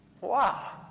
Wow